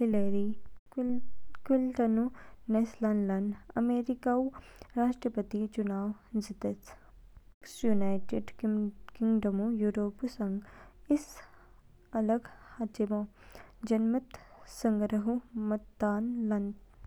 हिलेरी क्लिंटनऊ नेस लानलान अमेरिकीऊ राष्ट्रपतिऊ चुनाव जीतेच। ब्रेक्सट यूनाइटेड किंगडमऊ यूरोपीय संघ इस अलग हाचिमो जनमत संग्रहऊ मतदान लान्च।